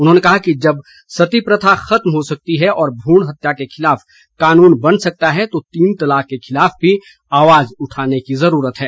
उन्होंने कहा कि जब सती प्रथा खत्म हो सकती है और भ्रूण हत्या के खिलाफ कानून बन सकता है तो तीन तलाक के खिलाफ भी आवाज़ उठाने की ज़रूरत है